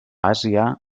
àsia